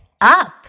up